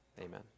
Amen